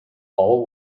all